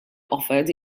offered